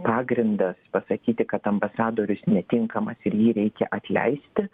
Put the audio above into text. pagrindas pasakyti kad ambasadorius netinkamas ir jį reikia atleisti